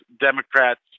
Democrats